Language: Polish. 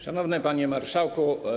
Szanowny Panie Marszałku!